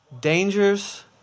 dangers